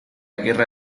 guerra